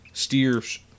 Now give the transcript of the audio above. steers